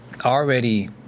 already